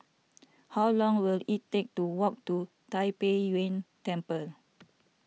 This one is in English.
how long will it take to walk to Tai Pei Yuen Temple